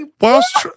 whilst